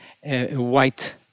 white